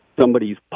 somebody's